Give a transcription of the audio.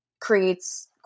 creates